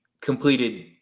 completed –